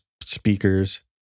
speakers